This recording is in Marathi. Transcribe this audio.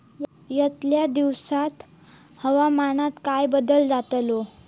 यतल्या दिवसात हवामानात काय बदल जातलो?